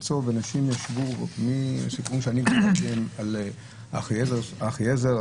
בסיפורים שאני גדלתי עליהם על אחיעזר,